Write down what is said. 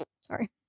Sorry